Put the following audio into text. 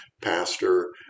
pastor